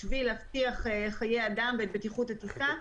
בשביל להבטיח חיי אדם ואת בטיחות הטיסה,